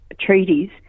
treaties